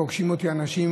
פוגשים אותי אנשים,